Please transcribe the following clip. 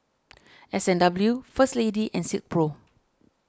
S and W First Lady and Silkpro